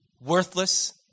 worthless